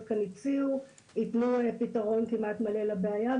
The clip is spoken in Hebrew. כאן הציעו ייתנו פתרון כמעט מלא לבעיה.